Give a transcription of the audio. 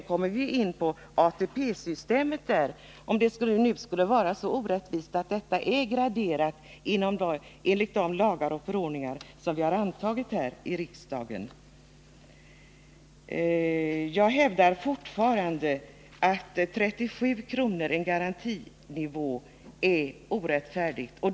Här kommer vi också in på ATP-systemet, ifall det nu skulle vara så orättvist att en förmån är graderad, som den är enligt de lagar och förordningar vi har antagit här i riksdagen. Jag hävdar fortfarande att garantinivån 37 kr. är orättfärdig.